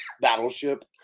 Battleship